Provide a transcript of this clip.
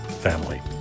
family